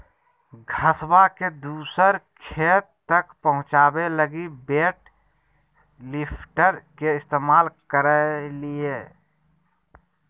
घसबा के दूसर खेत तक पहुंचाबे लगी वेट लिफ्टर के इस्तेमाल करलियै